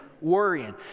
worrying